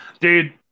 Dude